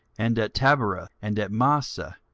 and at taberah, and at massah,